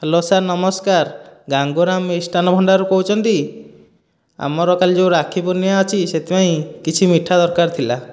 hello sir ନମସ୍କାର ଗାଙ୍ଗୁରାମ ମିଷ୍ଟାନ୍ନ ଭଣ୍ଡାରରୁ କହୁଛନ୍ତି ଆମର କାଲି ଯେଉଁ ରାକ୍ଷୀ ପୂର୍ଣ୍ଣିମା ଅଛି ସେଥିପାଇଁ କିଛି ମିଠା ଦରକାର ଥିଲା